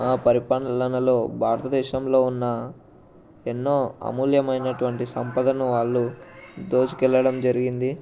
ఆ పరిపాలనలలో భారత దేశంలో ఉన్న ఎన్నో అమూల్యమైనటువంటి సంపదను వాళ్ళు దోచుకెళ్ళడం జరిగింది